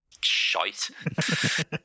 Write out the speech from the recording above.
shite